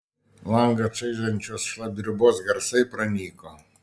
langą čaižančios šlapdribos garsai pranyko